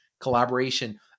collaboration